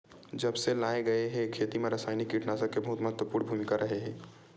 जब से लाए गए हे, खेती मा रासायनिक कीटनाशक के बहुत महत्वपूर्ण भूमिका रहे हे